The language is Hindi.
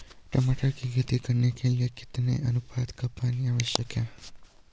टमाटर की खेती करने के लिए कितने अनुपात का पानी आवश्यक है?